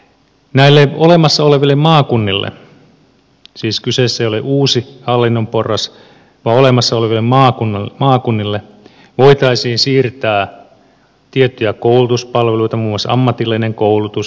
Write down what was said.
näille olemassa oleville maakunnille siis kyseessä ei ole uusi hallinnon porras on olemassa olevien maakunnan maakunnille voitaisiin siirtää tiettyjä koulutuspalveluita muun muassa ammatillinen koulutus